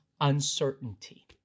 uncertainty